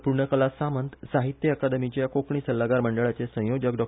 पूर्णकला सामंत साहित्य अकादमीच्या कोकणी सल्लागार मंडळाचे संयोजक डॉ